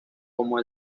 como